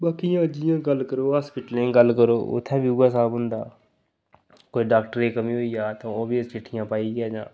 बाकी इ'यां जि'यां गल्ल करो हॉस्पिटलें दी गल्ल करो उत्थै बी उ'ऐ स्हाब होंदा कोई डॉक्टरे दी कमी होई जा तां ओह्बी चिट्ठियां पाइयै जां